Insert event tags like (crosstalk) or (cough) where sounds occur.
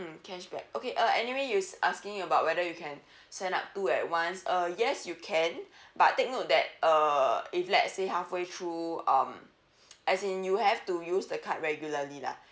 mm cashback okay uh anyway you asking about whether you can (breath) sign up two at once uh yes you can (breath) but take note that err if let's say halfway through um (noise) as in you have to use the card regularly lah